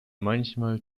manchmal